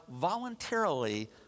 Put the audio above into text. voluntarily